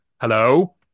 Hello